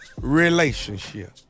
relationship